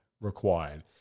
required